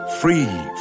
Free